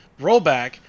rollback